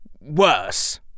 worse